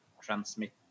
transmit